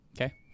Okay